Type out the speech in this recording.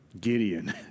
Gideon